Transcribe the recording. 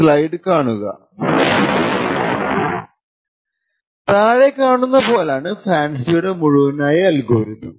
slide കാണുക സമയം 1947 താഴെ കാണുന്ന പോലാണ് ഫാൻസിയുടെ മുഴുവനായ അൽഗോരിതം